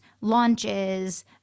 launches